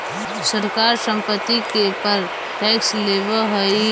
सरकार संपत्ति के पर टैक्स लेवऽ हई